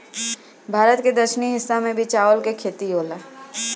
भारत के दक्षिणी हिस्सा में भी चावल के खेती होला